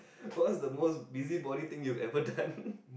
what's the most busybody thing you've ever done